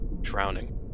drowning